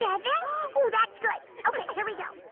yeah ooh that's good. okay here we go.